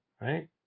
right